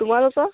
তোমালোকৰ